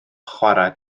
chwarae